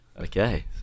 okay